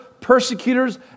persecutors